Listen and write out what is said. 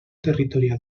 territorial